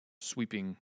sweeping